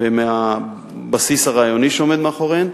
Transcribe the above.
ויוצא מהבסיס הרעיוני שעומד מאחוריהן,